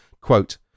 quote